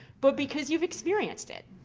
but because you've experienced it.